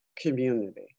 community